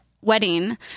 wedding